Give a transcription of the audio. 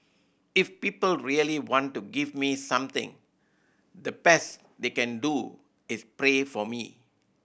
if people really want to give me something the best they can do is pray for me